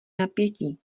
napětí